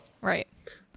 right